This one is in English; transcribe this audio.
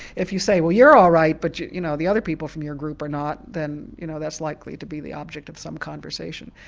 if you say well you're all right but you you know the other people from your group are not, then you know that's likely to be the object of some conversation.